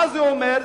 מה זה אומר?